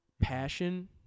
passion